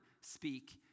speak